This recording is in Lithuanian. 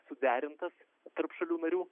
suderintas tarp šalių narių